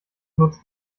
nutzt